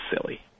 silly